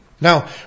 Now